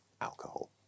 alcohol